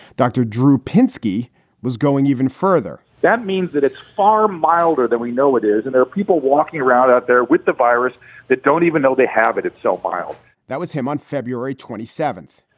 dr. drew pinsky was going even further that means that it's far milder than we know it is. and there are people walking around out there with the virus that don't even know they have it. so while that was him on february twenty seventh,